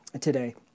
today